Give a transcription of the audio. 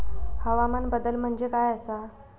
हवामान बदल म्हणजे काय आसा?